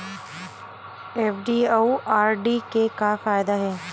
FD अउ RD के का फायदा हे?